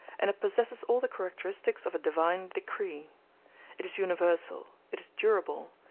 and it possesses all the characteristics of a divine decree it is universal, it is durable,